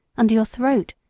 under your throat,